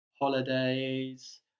holidays